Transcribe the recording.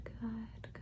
good